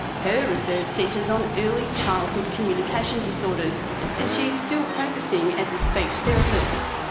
her research centres on early childhood communication disorders and she is still practising as a speech therapist.